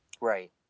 right